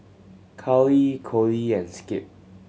Karly Kody and Skip